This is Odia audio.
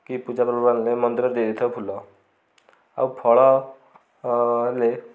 କି ପୂଜା ପର୍ବପର୍ବାଣୀରେ ହେଲେ ମନ୍ଦିରରେ ଦେଇ ଦେଉଥାଉ ଫୁଲ ଆଉ ଫଳ ହେଲେ